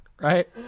Right